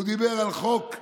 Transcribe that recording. הוא דיבר על חוק פשיסטי,